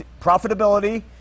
profitability